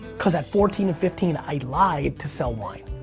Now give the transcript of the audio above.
cause at fourteen and fifteen i lied to sell wine.